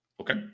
Okay